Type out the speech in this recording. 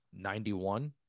91